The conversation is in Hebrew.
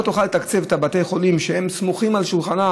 לא תוכל לתקצב את בתי החולים הסמוכים על שולחנה,